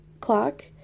clock